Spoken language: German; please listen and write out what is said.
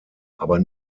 aber